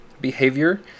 Behavior